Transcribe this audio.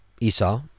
Esau